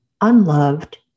unloved